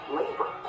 labor